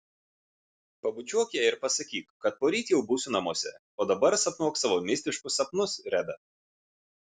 pabučiuok ją ir pasakyk kad poryt jau būsiu namuose o dabar sapnuok savo mistiškus sapnus reda